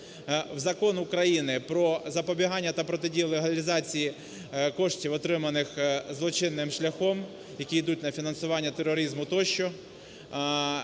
в Закон України про запобігання та протидії легалізації коштів, отриманих злочинним шляхом, які йдуть на фінансування тероризму тощо,